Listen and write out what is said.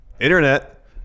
internet